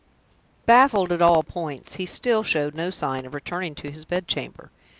baffled at all points, he still showed no sign of returning to his bed-chamber.